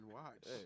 watch